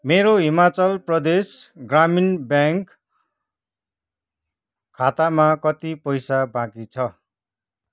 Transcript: मेरो हिमाचल प्रदेश ग्रामीण ब्याङ्क खातामा कति पैसा बाँकी छ